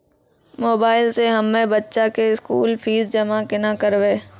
Mobile से हम्मय बच्चा के स्कूल फीस जमा केना करबै?